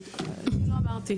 אני לא אמרתי.